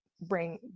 bring